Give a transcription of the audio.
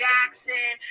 Jackson